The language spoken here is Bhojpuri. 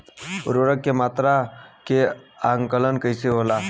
उर्वरक के मात्रा के आंकलन कईसे होला?